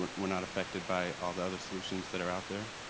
we're we're not affected by all the other solutions that are out there.